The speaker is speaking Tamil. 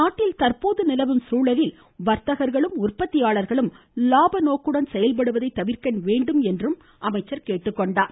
நாட்டில் தற்போது நிலவும் சூழலில் வர்த்தகர்களும் உற்பத்தியாளர்களும் லாபநோக்குடன் செயல்படுவதை தவிர்க்க வேண்டும் என்றும் அவர் கேட்டுக்கொண்டார்